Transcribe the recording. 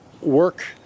work